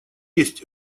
есть